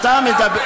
אבל אני מדבר,